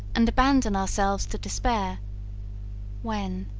and abandon ourselves to despair when,